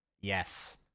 Yes